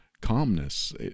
calmness